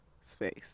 space